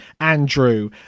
Andrew